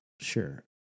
sure